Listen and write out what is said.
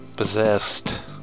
possessed